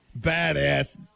badass